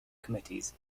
committees